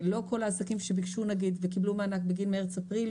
לא כך העסקים שביקשו וקיבלו מענק בגין מרץ-אפריל,